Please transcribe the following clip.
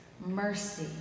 mercy